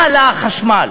מה עלה החשמל?